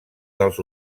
dels